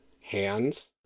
hands